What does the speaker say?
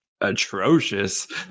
atrocious